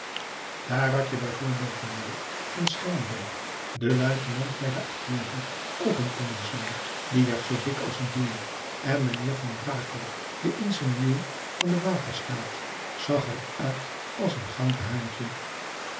daar had je bijvoorbeeld meneer van schermbeek den luitenant bij de artillerie ook n commensaal die werd zoo dik als een beer en meneer van brakel de ingenieur van den waterstaat zag er uit als een gouden haantje